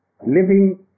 living